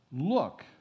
Look